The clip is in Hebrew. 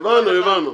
הבנו.